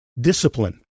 discipline